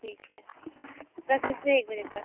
ठीक है दस बजे से एक बजे तक